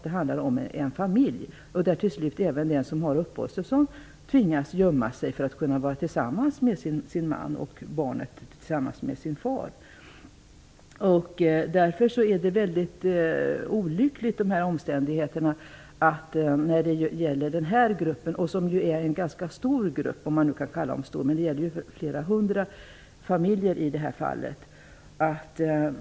Det handlar om en familj där till slut även den som har uppehållstillstånd tvingas gömma sig för att kunna vara tillsammans med sin man och för att barnet skall kunna vara tillsammans med sin far. Omständigheterna är mycket olyckliga när det gäller den här gruppen, som är en ganska stor grupp. Det gäller flera hundra familjer.